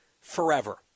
forever